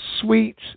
sweet